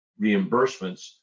reimbursements